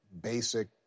basic